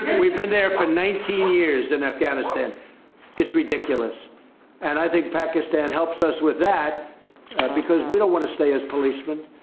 we've been there for nineteen years in afghanistan it's ridiculous and i think pakistan helps us with that because we don't want to stay as policemen.